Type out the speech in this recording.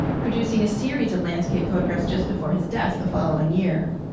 producing a series of landscape photographs just before his death the following year.